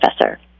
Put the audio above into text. professor